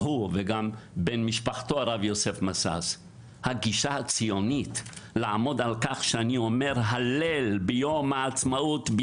ובן משפחתו הרב יוסף משאש ביקשו לומר הלל ביום העצמאות,